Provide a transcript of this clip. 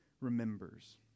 remembers